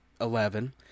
Eleven